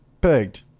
Pegged